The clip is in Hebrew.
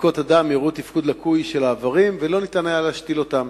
בדיקות הדם הראו תפקוד לקוי של האיברים ולא ניתן היה להשתיל אותם